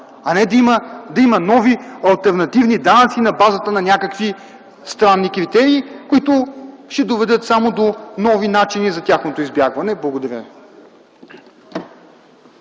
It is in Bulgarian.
а не да има нови алтернативни данъци на базата на странни критерии, които ще доведат само до нови начини на тяхното избягване. Благодаря.